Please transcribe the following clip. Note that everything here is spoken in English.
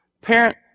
parent